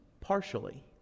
partially